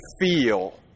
feel